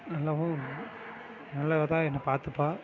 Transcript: நல்லாவும் நல்லதாதான் என்னை பார்த்துப்பா